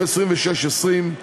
26(20),